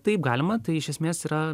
taip galima tai iš esmės yra